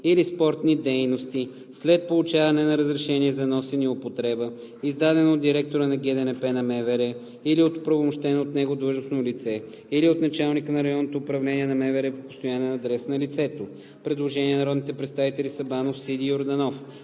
или спортни дейности след получаване на разрешение за носене и употреба, издадено от директора на ГДНП на МВР или от оправомощено от него длъжностно лице, или от началника на РУ на МВР по постоянен адрес на лицето.“ Предложение на народните представители Александър Сабанов,